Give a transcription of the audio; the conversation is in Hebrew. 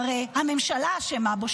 שהרי הממשלה אשמה בו,